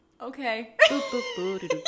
okay